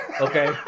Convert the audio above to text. Okay